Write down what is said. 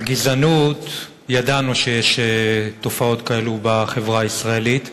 על גזענות, ידענו שיש תופעות כאלו בחברה הישראלית,